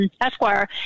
Esquire